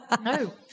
No